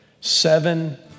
Seven